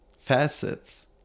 facets